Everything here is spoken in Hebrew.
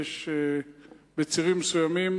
יש בצירים מסוימים